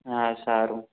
હા સારું